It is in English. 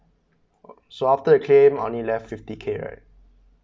orh so after the claim only left fifty K right